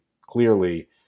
clearly